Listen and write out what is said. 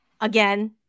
Again